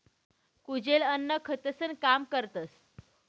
कुजेल अन्न खतंसनं काम करतस